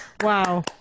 Wow